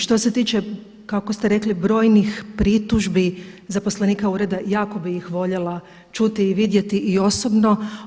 Što se tiče kako ste rekli, brojnih pritužbi zaposlenika ureda, jako bi ih voljela čuti i vidjeti i osobno.